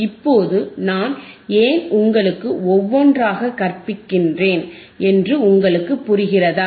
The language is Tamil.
இப்போது நான் ஏன் உங்களுக்கு ஒவ்வொன்றாக கற்பிக்கிறேன் என்று உங்களுக்கு புரிகிறதா